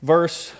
Verse